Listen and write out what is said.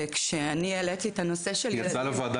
שכשאני העליתי את הנושא שלי --- היא יצאה לוועדה